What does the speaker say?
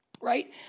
right